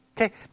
Okay